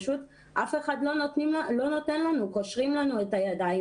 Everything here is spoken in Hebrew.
פשוט אף אחד לא נותן לנו, קושרים לנו את הידיים.